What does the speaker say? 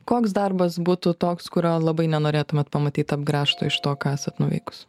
koks darbas būtų toks kurio labai nenorėtumėt pamatyt apgręžto iš to ką esat nuveikus